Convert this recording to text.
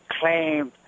claimed